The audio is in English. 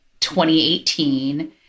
2018